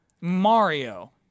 Mario